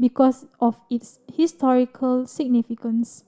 because of its historical significance